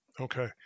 Okay